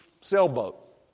sailboat